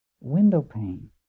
windowpane